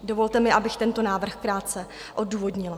Dovolte mi, abych tento návrh krátce odůvodnila.